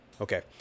Okay